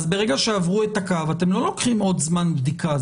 ברגע שעברו את הקו אתם לא לוקחים עוד זמן בדיקה,